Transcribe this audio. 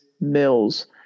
Mills